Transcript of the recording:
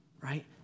Right